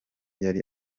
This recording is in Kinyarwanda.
yari